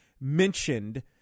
mentioned